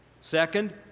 Second